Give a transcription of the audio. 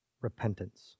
repentance